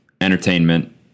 entertainment